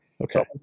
okay